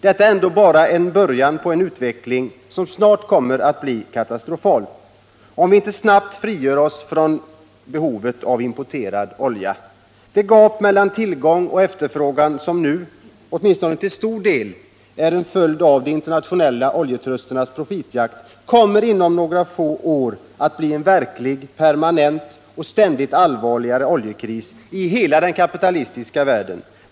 Detta är ändå bara början på en utveckling som snart blir katastrofal, om vi inte snabbt frigör oss från behovet av importerad olja. Det gap mellan tillgång och efterfrågan som nu — åtminstone till stor del — är en följd av den internationella oljetrustens profitjakt kommer inom några få år att bli en verklig, permanent och ständigt allvarligare oljekris i hela den kapitalistiska världen.